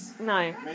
no